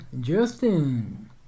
Justin